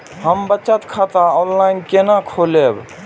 हम बचत खाता ऑनलाइन केना खोलैब?